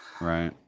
right